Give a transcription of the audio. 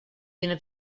tiene